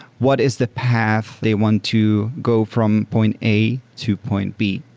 what is the path they want to go from point a to point b?